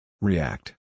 React